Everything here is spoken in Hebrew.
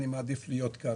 אני מעדיף להיות כאן,